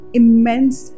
immense